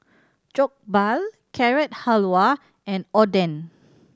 Jokbal Carrot Halwa and Oden